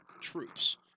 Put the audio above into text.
troops